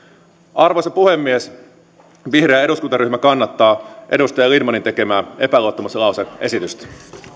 arvoisa puhemies vihreä eduskuntaryhmä kannattaa edustaja lindtmanin tekemää epäluottamuslause esitystä